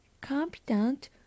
Competent